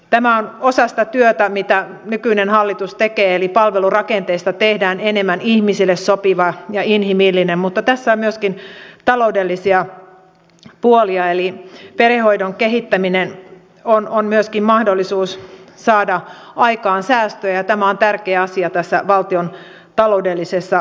tämä on osa sitä työtä mitä nykyinen hallitus tekee eli palvelurakenteesta tehdään enemmän ihmisille sopiva ja inhimillinen mutta tässä on myöskin taloudellisia puolia eli perhehoidon kehittäminen on myöskin mahdollisuus saada aikaan säästöjä ja tämä on tärkeä asia tässä valtion taloudellisessa tilanteessa